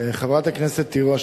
חברת הכנסת תירוש,